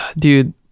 dude